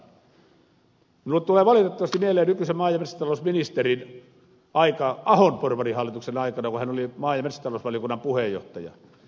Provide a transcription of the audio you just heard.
minulle tulee valitettavasti mieleen nykyisen maa ja metsätalousministerin aika ahon porvarihallituksen aikana kun hän oli maa ja metsätalousvaliokunnan puheenjohtaja